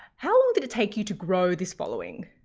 how long did it take you to grow this following?